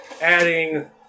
adding